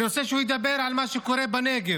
אני רוצה שהוא ידבר על מה שקורה בנגב,